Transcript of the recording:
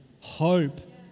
hope